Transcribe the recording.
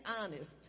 honest